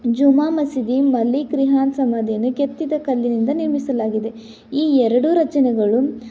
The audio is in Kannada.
ಜುಮ್ಮಾ ಮಸೀದಿ ಮಲ್ಲಿಕ್ ರೆಹಾನ್ ಸಮಾಧಿಯನ್ನು ಕೆತ್ತಿದ ಕಲ್ಲಿನಿಂದ ನಿರ್ಮಿಸಲಾಗಿದೆ ಈ ಎರಡು ರಚನೆಗಳು